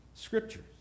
Scriptures